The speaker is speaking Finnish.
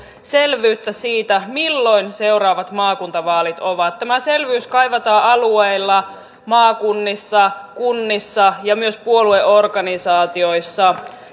selvyyttä siitä milloin seuraavat maakuntavaalit ovat tämä selvyys kaivataan alueilla maakunnissa kunnissa ja myös puolueorganisaatioissa